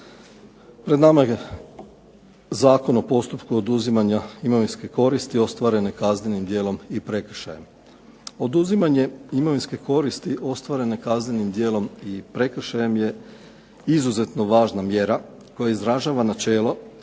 Pred nama je Zakon o postupku oduzimanja imovinske koristi ostvarene kaznenim djelom i prekršajem. Oduzimanje imovinske koristi ostvarene kaznenim djelom i prekršajem je izuzetno važna mjera koja izražava načelo